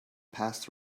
passed